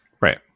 Right